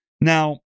Now